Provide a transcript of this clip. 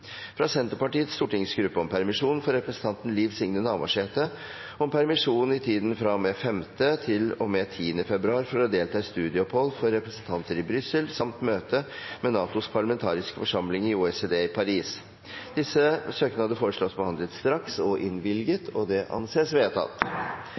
fra Senterpartiets stortingsgruppe om permisjon for representanten Liv Signe Navarsete i tiden fra og med 5. februar til og med 10. februar for å delta i studieopphold for representanter i Brussel samt møte med NATOs parlamentariske forsamling i OECD, i Paris Disse søknader foreslås behandlet straks og innvilget.